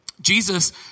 Jesus